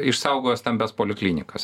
išsaugojo stambias poliklinikas